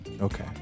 okay